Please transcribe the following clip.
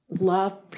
love